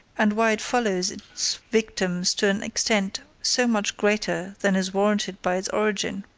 and why it follows its victims to an extent so much greater than is warranted by its origin.